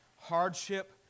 hardship